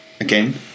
again